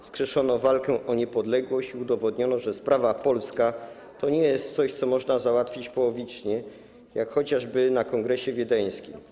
Wskrzeszono walkę o niepodległość i udowodniono, że sprawa polska to nie jest coś, co można załatwić połowicznie, jak chociażby na kongresie wiedeńskim.